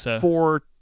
four